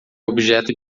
objeto